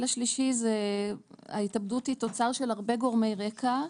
השלישי ההתאבדות היא תוצר של הרבה גורמי רקע,